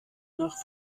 nach